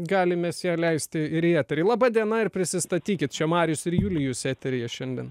galim mes ją leisti ir į eterį laba diena ir prisistatykit čia marijus ir julijus eteryje šiandien